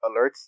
alerts